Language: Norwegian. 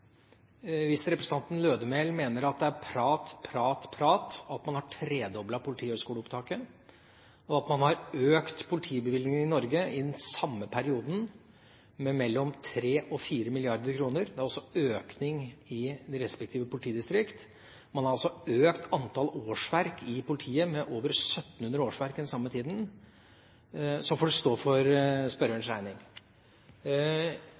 Hvis representanten Lødemel mener at det er «prat, prat og prat» at man har tredoblet politihøyskoleopptaket, og at man har økt politibevilgningene i Norge i den samme perioden med mellom 3 og 4 mrd. kr – det er altså en økning i de respektive politidistrikt, man har økt antall årsverk i politiet med over 1 700 årsverk i den samme tiden – får det stå for